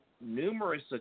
numerous